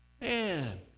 Man